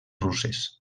russes